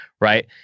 Right